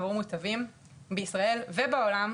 עבור המוטבים בישראל ובעולם,